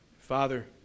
Father